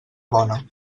bona